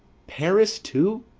paris too?